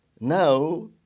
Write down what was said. Now